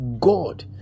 God